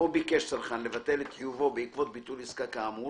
או ביקש צרכן לבטל את חיובו בעקבות ביטול עסקה כאמור